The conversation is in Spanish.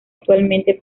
actualmente